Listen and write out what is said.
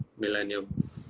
millennium